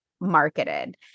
marketed